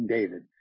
David